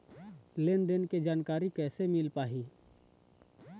लेन देन के जानकारी कैसे मिल पाही?